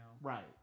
right